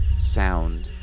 sound